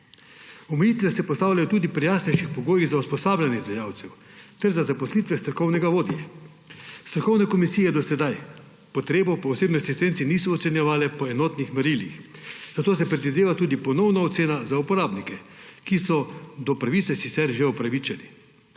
Omejitve se postavljajo tudi pri jasnejših pogojih za usposabljanje izvajalcev ter za zaposlitve strokovnega vodje. Strokovne komisije do sedaj potrebe po osebni asistenci niso ocenjevale po enotnih merilih, zato se predvideva tudi ponovna ocena za uporabnike, ki so do pravice sicer že upravičeni.